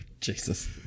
Jesus